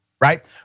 right